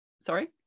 sorry